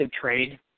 trade